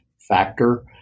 factor